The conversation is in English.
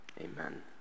Amen